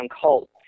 cult